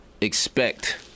expect